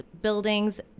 buildings